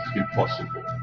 impossible